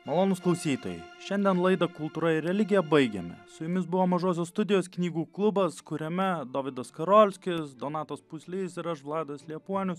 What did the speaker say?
malonūs klausytojai šiandien laidą kultūra ir religija baigiant su jumis buvo mažosios studijos knygų klubas kuriame dovydas skarolskis donatas puslys ir aš vladas liepuonius